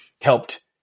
helped